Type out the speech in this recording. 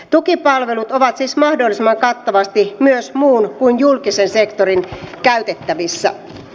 tukipalvelut ovat siis mahdollisimman kattavasti myös muiden kuin julkisen sektorin käytettävissä